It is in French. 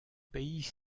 pays